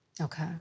Okay